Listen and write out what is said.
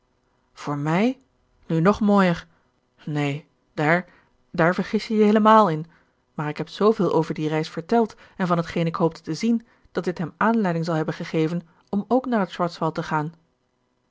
voor mij nu nog mooier neen daar daar vergis je je heelemaal in maar ik heb zooveel over die reis verteld en van hetgeen ik hoopte te zien dat dit hem aanleiding zal hebben gegeven om ook naar het schwarzwald te gaan